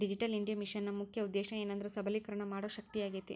digital India ಮಿಷನ್ನ ಮುಖ್ಯ ಉದ್ದೇಶ ಏನೆಂದ್ರ ಸಬಲೇಕರಣ ಮಾಡೋ ಶಕ್ತಿಯಾಗೇತಿ